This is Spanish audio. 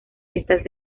estas